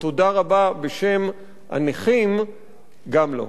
ותודה רבה בשם הנכים גם לו.